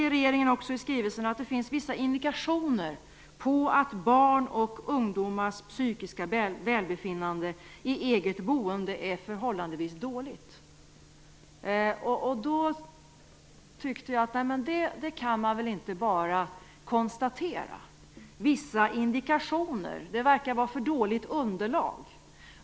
Regeringen säger i skrivelsen att det finns vissa indikationer om barn och ungdomar i eget boende, och att deras psykiska välbefinnande är förhållandevis dåligt. Jag tyckte att man inte bara kan konstatera detta. "Vissa indikationer" - det verkar vara för dåligt underlag.